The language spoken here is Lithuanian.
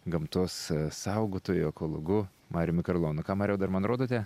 gamtos saugotoju ekologu mariumi karlonu ką mariau dar man rodote